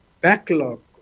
backlog